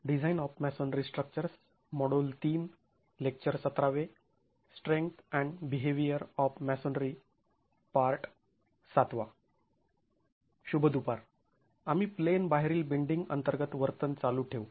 शुभ दुपार आम्ही प्लेन बाहेरील बेंडींग अंतर्गत वर्तन चालू ठेवू